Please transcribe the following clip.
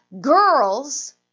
girls